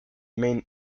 main